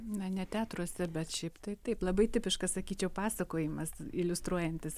na ne teatruose bet šiaip tai taip labai tipiškas sakyčiau pasakojimas iliustruojantis